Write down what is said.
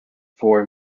four